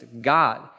God